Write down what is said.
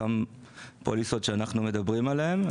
אותן פוליסות שאנחנו מדברים עליהן,